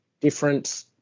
different